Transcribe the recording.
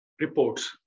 reports